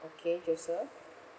okay joseph